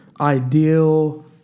Ideal